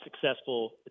successful